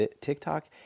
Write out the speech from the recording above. TikTok